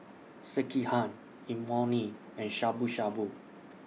Sekihan Imoni and Shabu Shabu